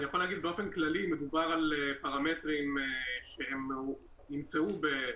אני יכול להגיד באופן כללי שמדובר על פרמטרים שנמצאו ב-,